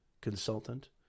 consultant